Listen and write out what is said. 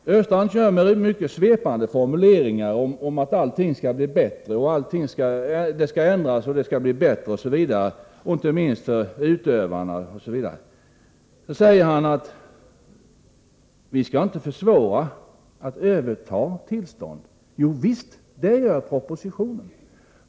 Olle Östrand begagnar mycket svepande formuleringar om att allt ändras till det bättre, inte minst för utövarna. Han säger också att man inte skall försvåra övertagandet av tillstånd. Men det gör man ju i propositionen.